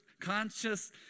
conscious